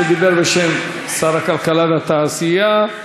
שדיבר בשם שר הכלכלה והתעשייה.